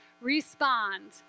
respond